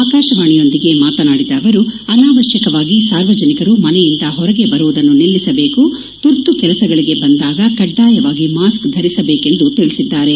ಆಕಾಶವಾಣಿಯೊಂದಿಗೆ ಮಾತನಾಡಿದ ಅವರು ಅನಾವಶ್ಯಕವಾಗಿ ಸಾರ್ವಜನಿಕರು ಮನೆಯಿಂದ ಹೊರಗೆ ಬರುವುದನ್ನು ನಿಲ್ಲಿಸಬೇಕು ತುರ್ತು ಕೆಲಸಗಳಿಗೆ ಬಂದಾಗ ಕಡ್ಡಾಯವಾಗಿ ಮಾಸ್ಕ್ ಧರಿಸಬೇಕೆಂದು ತಿಳಿಸಿದ್ದಾರೆ